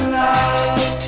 love